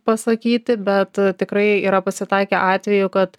pasakyti bet tikrai yra pasitaikę atvejų kad